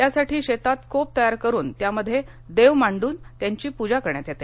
यासाठी शेतात कोप तयार करून त्यामध्ये देव मांडून त्यांची पूजा करण्यात येते